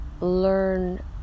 learn